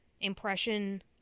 impression-